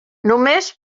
només